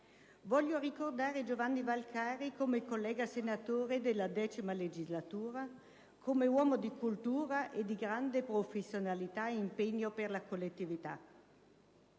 Voglio ricordare Giovanni Valcavi come collega senatore della X legislatura, come uomo di cultura e di grande professionalità e impegno per la collettività.